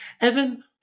Evan